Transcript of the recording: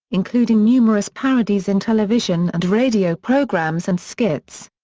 including numerous parodies in television and radio programs and skits.